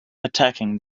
attacking